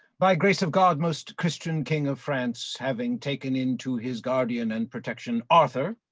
by grace of god most christian king of france, having taken into his guardian and protection arthur,